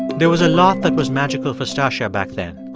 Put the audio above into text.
there was a lot that was magical for stacya back then.